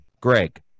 greg